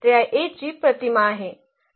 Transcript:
तर या A ची प्रतिमा आहे